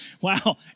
Wow